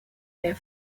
and